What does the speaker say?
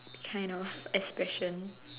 kind of expression